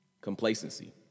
Complacency